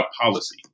policy